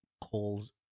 calls